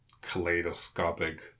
kaleidoscopic